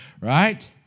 right